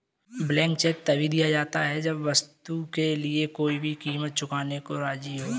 blank cheque तभी दिया जाता है जब वस्तु के लिए कोई भी कीमत चुकाने को राज़ी हो